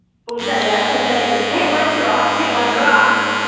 ꯄꯨꯡ ꯇꯔꯦꯠ ꯄꯨꯡ ꯇꯔꯦꯠꯇꯨ ꯊꯦꯡꯃꯟꯗ꯭ꯔꯣ ꯊꯦꯡꯃꯟꯗ꯭ꯔꯣ